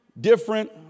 different